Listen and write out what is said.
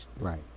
right